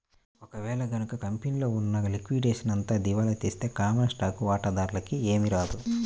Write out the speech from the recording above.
ఒక వేళ గనక కంపెనీలో ఉన్న లిక్విడేషన్ అంతా దివాలా తీస్తే కామన్ స్టాక్ వాటాదారులకి ఏమీ రాదు